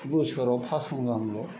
बोसोराव पास महन गाहामल'